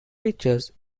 pictures